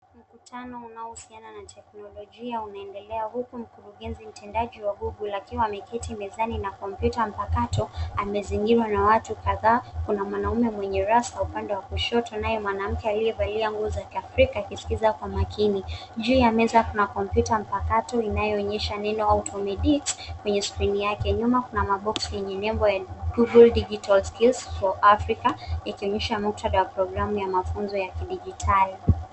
Mkutano unaohusiana na teknolojia unaendelea huku mkurugenzi mtendaji wa Google akiwa ameketi mezani na kompyuta mpakato amezingirwa na watu kadhaa. Kuna mwanaume mwenye rasta upande wa kushoto naye mwanamke aliyevalia nguo za kiafrika akiskiza kwa makini. Juu ya meza kuna kompyuta mpakato inayoonyesha neno auto-medics kwenye skrini yake. Nyuma kuna maboksi yenye nembo ya Google Digital Skills for Africa ikionyesha muktadha wa programu ya mafunzo ya kidigitali.